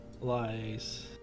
lies